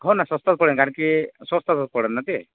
हो ना स्वस्तच पडेल कारण की स्वस्तातच पडेल ना ते